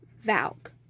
Valk